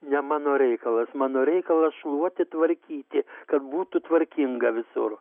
ne mano reikalas mano reikalas šluoti tvarkyti kad būtų tvarkinga visur